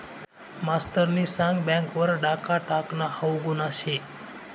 मास्तरनी सांग बँक वर डाखा टाकनं हाऊ गुन्हा शे